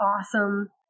awesome